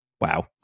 wow